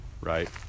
right